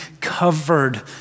covered